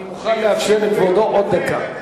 אני מוכן לאפשר לכבודו עוד דקה.